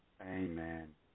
Amen